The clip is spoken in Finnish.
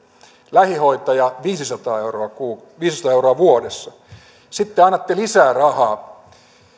lähihoitaja menettää viisisataa euroa vuodessa sitten te annatte lisää rahaa